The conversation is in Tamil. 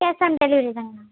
cash on டெலிவரிதாங்கண்ணா